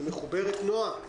נועה